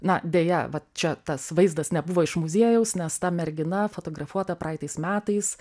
na deja va čia tas vaizdas nebuvo iš muziejaus nes ta mergina fotografuota praeitais metais